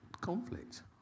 conflict